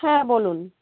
হ্যাঁ বলুন